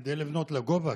כדי לבנות לגובה,